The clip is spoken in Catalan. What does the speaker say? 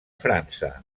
frança